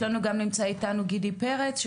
נמצא איתנו גם גידי פרץ,